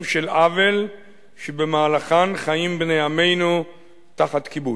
של עוול שבמהלכן חיים בני עמנו תחת כיבוש.